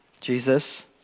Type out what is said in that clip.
Jesus